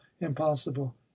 impossible